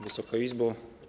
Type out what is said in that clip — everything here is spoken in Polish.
Wysoka Izbo!